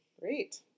Great